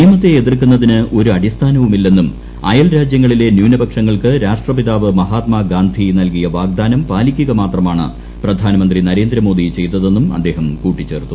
നിയമത്തെ എതിർക്കുന്നതിന് ഒരു അടിസ്ഥാനവും ഇല്ലെന്നും അയൽ രാജ്യങ്ങളിലെ ന്യൂനപക്ഷങ്ങൾക്ക് രാഷ്ട്രപിതാവ് മഹാത്മാഗാന്ധി നൽകിയ വാഗ്ദാനം പാലിക്കുക മാത്രമാണ് പ്രധാനമന്ത്രി നരേന്ദ്രമോദി ചെയ്തതെന്നും അദ്ദേഹം കൂട്ടിച്ചേർത്തു